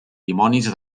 dimonis